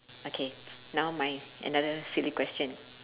okay now my another silly question